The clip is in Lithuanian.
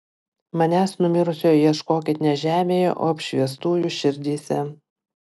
manęs numirusio ieškokit ne žemėje o apšviestųjų širdyse